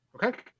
okay